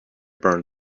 burned